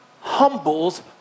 humbles